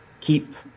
keep